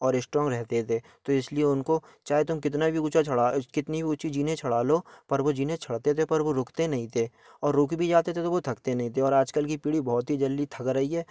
और स्ट्राँग रहते थे तो इसलिए उनको चाहे तो हम कितना भी ऊँचा चढ़ा कितनी ऊँची ज़ीने छड़ा लो पर वह जीने चढ़ते थे पर वह रुकते नहीं थे और रुक भी जाते थे तो वह थकते नहीं थे और आजकल की पीढ़ी बहुत ही जल्दी थक रही है